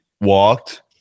walked